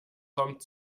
kommt